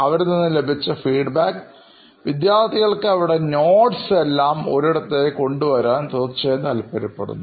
അവരിൽ നിന്നും ലഭിച്ച ഫീഡ്ബാക്ക് വിദ്യാർത്ഥികൾക്ക് അവരുടെ കുറിപ്പുകൾ എല്ലാം ഒരിടത്തേക്ക് കൊണ്ടുവരാൻ തീർച്ചയായും താല്പര്യപ്പെടുന്നു